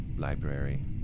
library